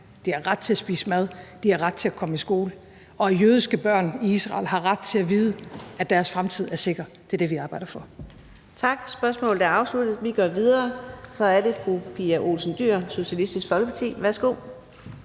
de har ret til at spise mad, de har ret til at komme i skole. Og jødiske børn i Israel har ret til at vide, at deres fremtid er sikker. Det er det, vi arbejder for.